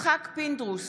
יצחק פינדרוס,